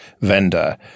vendor